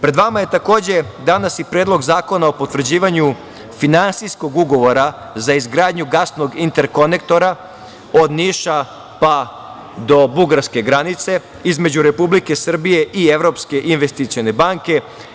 Pred vama je, takođe, danas i Predlog zakona o potvrđivanju Finansijskog ugovora za izgradnju gasnog interkonektora od Niša pa do bugarske granice, između Republike Srbije i Evropske investicione banke.